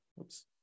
Oops